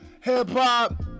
hip-hop